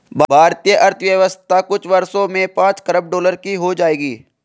भारतीय अर्थव्यवस्था कुछ वर्षों में पांच खरब डॉलर की हो जाएगी